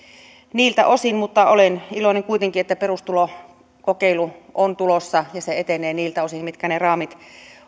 niiltä osin mutta olen kuitenkin iloinen että perustulokokeilu on tulossa ja se etenee niiltä osin mitkä raamit